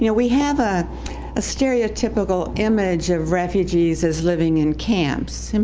you know we have a ah stereotypical image of refugees as living in camps.